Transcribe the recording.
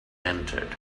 entered